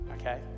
Okay